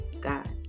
God